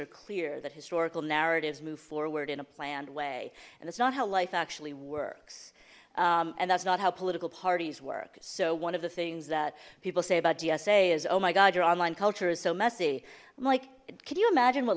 are clear that historical narratives move forward in a planned way and it's not how life actually works and that's not how political parties work so one of the things that people say about dsa is oh my god your online culture is so messy i'm like can you imagine what